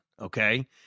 okay